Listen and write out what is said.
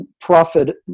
profit